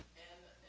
and